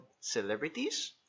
celebrities